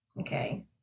Okay